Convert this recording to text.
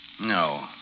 No